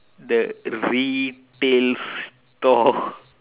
the retail store